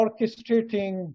orchestrating